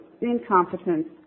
incompetence